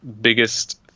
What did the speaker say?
biggest